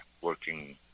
working